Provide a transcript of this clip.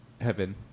Heaven